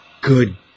good